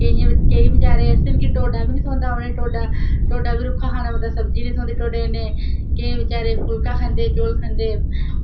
केइयें केईं बचैरे ऐसे न कि ढोड्डा बी निं थ्होंदा उ'नें ढोड्डा ढोड्डा बी रुक्खा खाना पौंदा सब्जी निं थ्होंदी ढोड्डे कन्नै केईं बचैरे फुल्का खंदे चौल खंदे